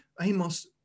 Amos